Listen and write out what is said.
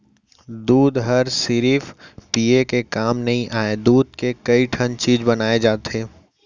दूद हर सिरिफ पिये के काम नइ आय, दूद के कइ ठन चीज बनाए जाथे